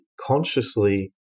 consciously